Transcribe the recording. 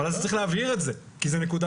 אבל צריך להבהיר את זה כי זו נקודה